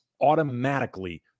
automatically